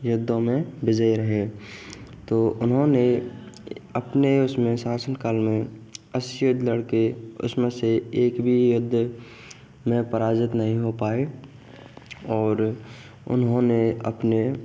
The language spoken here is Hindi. युद्ध में विजय रहे तो उन्होंने अपने उस शासन काल में अस्सी युद्ध लड़ के उसमें से एक भी युद्ध में पराजित नहीं हो पाए और उन्होंने अपने